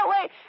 wait